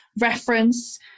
reference